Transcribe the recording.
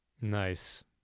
nice